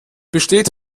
besteht